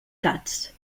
gats